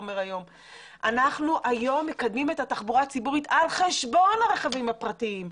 אנחנו היום מקדמים את התחבורה הציבורית על חשבון הרכבים הפרטיים.